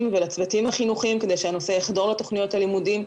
ולצוותים החינוכיים כדי שהנושא יחדור לתוכניות הלימודים.